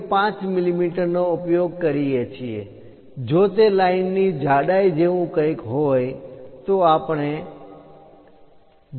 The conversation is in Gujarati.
5 મિલી મીટર નો ઉપયોગ કરીએ છીએ જો તે લાઈન ની જાડાઈ જેવું કંઈક હોય તો આપણે 0